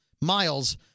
Miles